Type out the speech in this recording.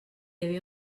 havia